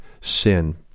sin